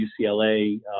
UCLA